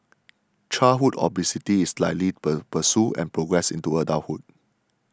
childhood obesity is likely per pursue and progress into adulthood